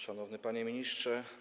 Szanowny Panie Ministrze!